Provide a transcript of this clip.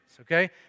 okay